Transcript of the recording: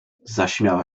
zaśmiała